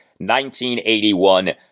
1981